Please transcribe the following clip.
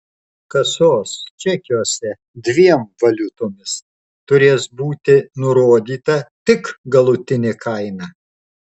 kasos čekiuose dviem valiutomis turės būti nurodyta tik galutinė kaina